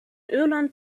irland